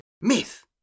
myth